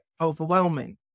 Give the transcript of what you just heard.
overwhelming